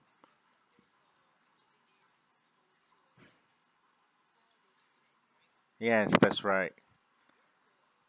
yes that's right